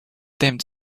damned